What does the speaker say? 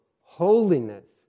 holiness